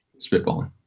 spitballing